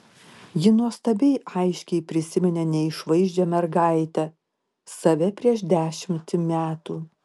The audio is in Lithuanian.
ji nuostabiai aiškiai prisiminė neišvaizdžią mergaitę save prieš dešimtį metų